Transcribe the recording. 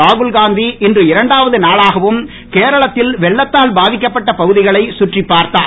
ராகுல் காந்தி இன்று இரண்டாவது நாளாகவும் கேரளத்தில் வெள்ளத்தலால் பாதிக்கப்பட்ட பகுதிகளை சுற்றுப்ப பார்த்தார்